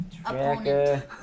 Opponent